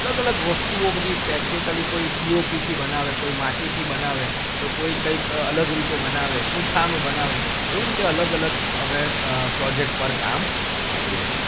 અલગ અલગ વસ્તુઓ બધી ટેક્નીકલી કોઈ પીઓપીથી બનાવે કોઈ માટીથી બનાવે તો કોઈ કંઈક અલગ રીતે બનાવે પુઠાનું બનાવે તો એ રીતે અલગ અલગ અમે પ્રોજેકટ પર કામ કર્યું છે